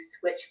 switch